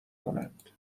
کنند